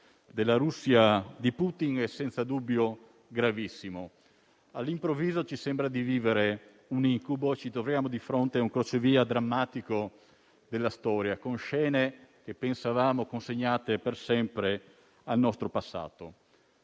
della Russia di Putin, è senza dubbio gravissimo. All'improvviso, ci sembra di vivere un incubo. Ci troviamo di fronte a un crocevia drammatico della storia, con scene che pensavamo consegnate per sempre al nostro passato.